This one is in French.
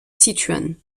sichuan